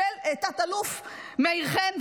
של תת-אלוף מאיר חן.